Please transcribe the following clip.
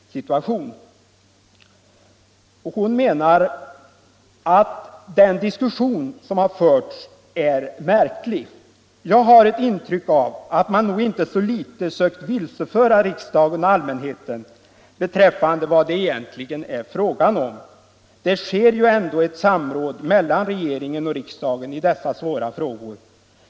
Den diskussion som i dag har utvecklat sig kring dessa frågor är i många avseenden märklig. Jag har ett intryck av att man nog inte så verksamheten litet söker vilseföra riksdagen och allmänheten beträffande vad det egentligen är frågan om. Det sker ju ändå ett samråd mellan regeringen och riksdagen i dessa svåra frågor.